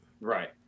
Right